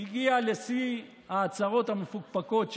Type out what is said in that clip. הגיע לשיא ההצהרות המפוקפקות שלו.